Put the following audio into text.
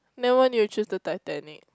then why did you choose to titanic